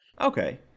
Okay